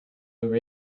over